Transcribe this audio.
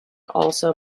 also